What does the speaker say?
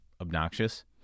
obnoxious